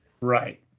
Right